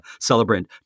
celebrant